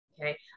Okay